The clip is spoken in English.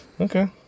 Okay